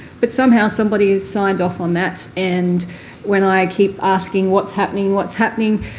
but somehow, somebody has signed off on that and when i keep asking what's happening, what's happening,